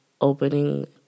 opening